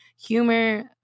humor